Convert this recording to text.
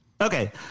Okay